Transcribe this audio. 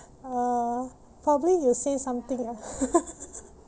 uh probably you say something lah